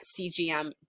CGM